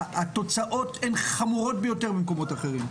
התוצאות הן חמורות ביותר במקומות אחרים.